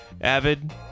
avid